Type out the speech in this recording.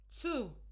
Two